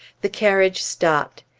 the carriage stopped,